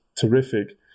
terrific